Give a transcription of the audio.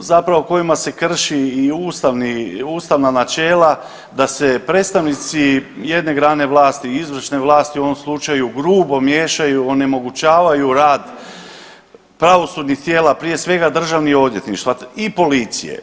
zapravo kojima se krši i ustavni, ustavna načela da se predstavnici jedne grane vlasti, izvršne vlasti u ovom slučaju grubo miješaju i onemogućavaju rad pravosudnih tijela, prije svega državnih odvjetništava i policije.